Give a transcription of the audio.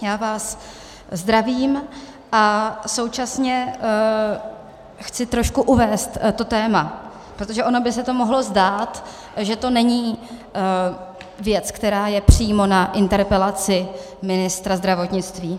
Já vás zdravím a současně chci trošku uvést to téma, protože ono by se to mohlo zdát, že to není věc, která je přímo na interpelaci ministra zdravotnictví.